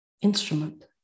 instrument